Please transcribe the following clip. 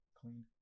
clean